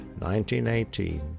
1918